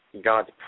God's